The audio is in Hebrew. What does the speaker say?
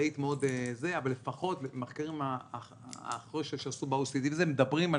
מדויקים אבל לפחות המחקרים שעשו ב-OECD מדברים על